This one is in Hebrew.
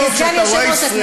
אני מסיים כאן.